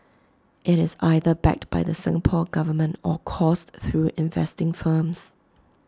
IT is either backed by the Singapore Government or coursed through investing firms